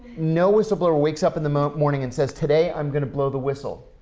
no whistleblower wakes up in the morning and says today i'm going to blow the whistle.